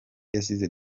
yasize